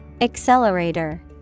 Accelerator